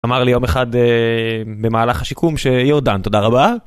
אמר לי יום אחד במהלך השיקום שיהודה תודה רבה.